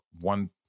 one